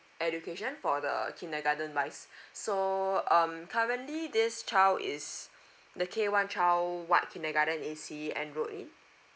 education for the kindergarten wise so um currently this child is the K one child what kindergarten is he enrolled in